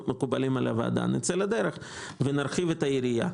נצא לדרך ונרחיב את היריעה.